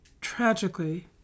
tragically